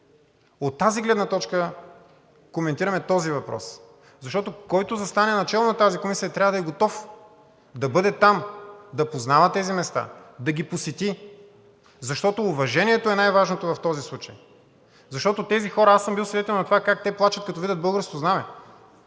От такава гледна точка коментираме този въпрос, защото, който застане начело на тази комисия, трябва да е готов да бъде там, да познава тези места, да ги посети, защото уважението е най-важното в този случай. Защото аз съм бил свидетел на това как тези хора плачат, като видят българското знаме.